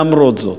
למרות זאת,